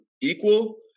equal